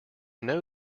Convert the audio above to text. know